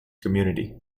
community